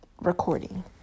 recording